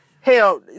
hell